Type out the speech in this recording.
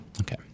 Okay